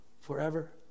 forever